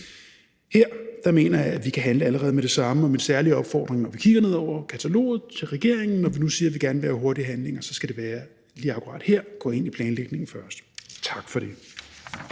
Her mener jeg at vi kan handle allerede med det samme, og min særlige opfordring til regeringen, når vi kigger ned over kataloget, og når vi nu siger, at vi gerne vil have hurtig handling, er, at så skal det være lige akkurat her – at gå ind i planlægningen først. Tak for det.